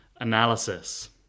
analysis